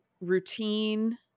routine